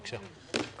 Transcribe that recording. בבקשה.